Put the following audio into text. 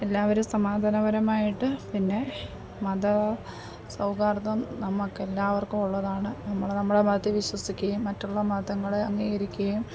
എല്ലാവരും സമാധാനപരമായിട്ട് പിന്നെ മത സൗഹാർദ്ദം നമുക്കെല്ലാവർക്കും ഉള്ളതാണ് നമ്മൾ നമ്മുടെ മതത്തിൽ വിശ്വസിയ്ക്കേം മറ്റുള്ള മതങ്ങളെ അംഗീകരിക്കുകയും